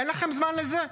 אין לכם זמן לזה?